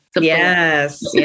Yes